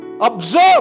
Observe